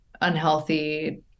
unhealthy